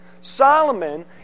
Solomon